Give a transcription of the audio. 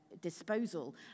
disposal